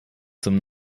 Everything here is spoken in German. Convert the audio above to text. zum